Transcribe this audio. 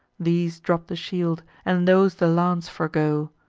these drop the shield, and those the lance forego,